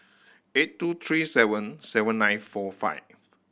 eight two three seven seven nine four five